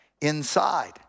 inside